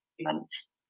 months